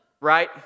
right